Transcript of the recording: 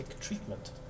treatment